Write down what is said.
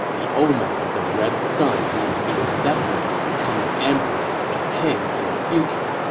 the omen of the red sun means he will definitely become an emperor or king in the future.